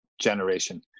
generation